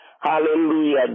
Hallelujah